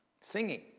Singing